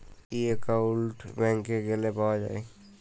ই account ব্যাংকে গ্যালে পাউয়া যায়